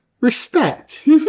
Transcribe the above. Respect